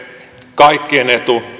kaikkien etu